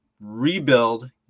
rebuild